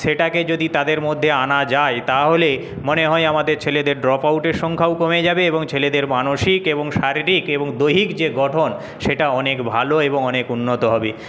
সেটাকে যদি তাদের মধ্যে আনা যায় তাহলে মনে হয় আমাদের ছেলেদের ড্রপ আউটের সংখ্যাও কমে যাবে এবং ছেলেদের মানসিক এবং শারীরিক এবং দৈহিক যে গঠন সেটা অনেক ভালো এবং অনেক উন্নত হবে